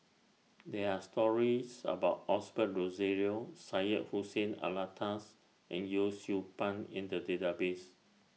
There Are stories about Osbert Rozario Syed Hussein Alatas and Yee Siew Pun in The Database